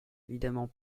évidemment